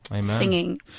singing